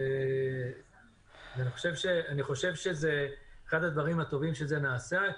אני חושב שזה אחד הדברים הטובים שנעשה,